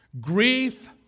Grief